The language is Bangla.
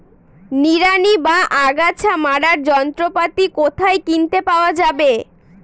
নিড়ানি বা আগাছা মারার যন্ত্রপাতি কোথায় কিনতে পাওয়া যাবে?